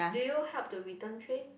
do you help to return tray